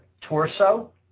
torso